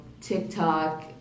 TikTok